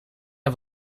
dat